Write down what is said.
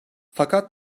fakat